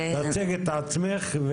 תציגי את עצמך.